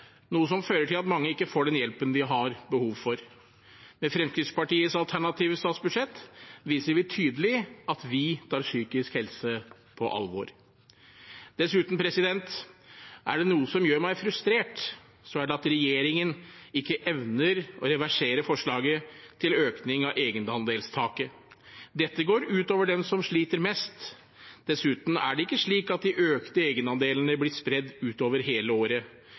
noe som fører til at mange ikke får den hjelpen de har behov for. Med Fremskrittspartiets alternative statsbudsjett viser vi tydelig at vi tar psykisk helse på alvor. Dessuten: Er det noe som gjør meg frustrert, er det at regjeringen ikke evner å reversere forslaget til økning av egenandelstaket. Dette går ut over dem som sliter mest. Dessuten er det ikke slik at de økte egenandelene blir spredd utover hele året.